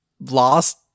lost